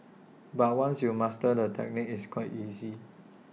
but once you mastered the technique it's quite easy